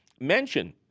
mention